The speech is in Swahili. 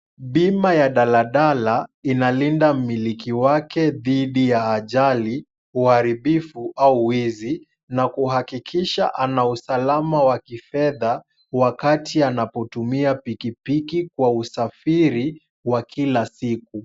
Bima ya daladala inalinda mmiliki wake dhidi ya ajali, uharibifu au wezi na kuhakikisha ana usalama wa kifedha wakati anapotumia pikipiki kwa usafiri wa kila siku.